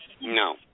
No